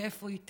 לאיפה היא תלך,